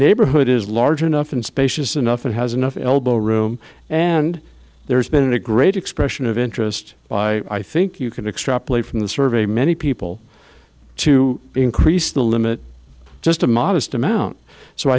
neighborhood is large enough and spacious enough it has enough elbow room and there's been a great expression of interest by i think you can extrapolate from the survey many people to increase the limit just a modest amount so